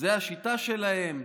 זו השיטה שלהם,